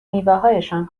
میوههایشان